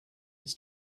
its